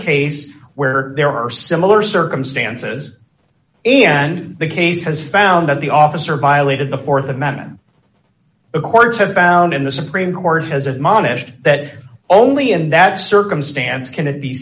case where there are similar circumstances and the case has found that the officer violated the th amendment the courts have found in the supreme court has admonished that only in that circumstance can it be